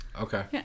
okay